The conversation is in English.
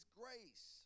grace